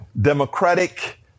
democratic